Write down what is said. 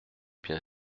bien